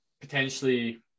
potentially